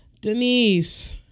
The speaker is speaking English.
Denise